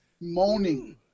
Moaning